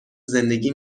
زندگی